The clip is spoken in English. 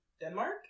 Denmark